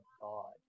God